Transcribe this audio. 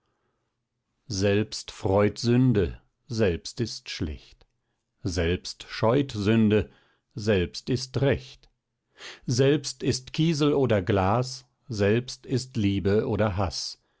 selbst freut sünde selbst ist schlecht selbst scheut sünde selbst ist recht selbst ist kiesel oder glas selbst ist liebe oder haß